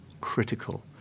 critical